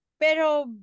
Pero